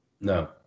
No